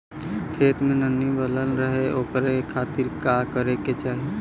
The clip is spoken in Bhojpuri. खेत में नमी बनल रहे ओकरे खाती का करे के चाही?